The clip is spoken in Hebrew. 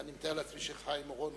ואני מתאר לעצמי שגם חבר הכנסת חיים אורון.